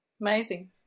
Amazing